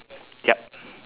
ya